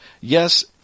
Yes